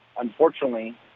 unfortunately